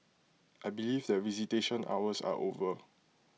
I believe that visitation hours are over